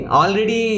already